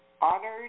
honored